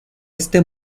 este